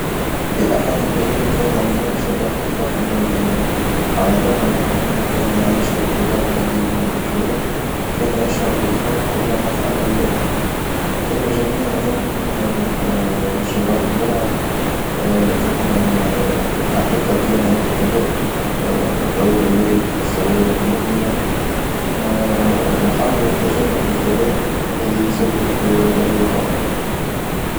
في أحد الأيام كان هناك شبح يخاف من الظلام، على الرغم من إنه كان يعيش في قلاع قديمة ومهجورة كان يشعر بالخوف كلما حل الليل، كان الجميع يظن إنه شبح مرعب، لكنه في الحقيقة كان يختبئ طويل الليل في الزوايا المظلمة محاولًا تجنب الظلام الذي يسبب له الرعب.